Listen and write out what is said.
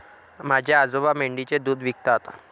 माझे आजोबा मेंढीचे दूध विकतात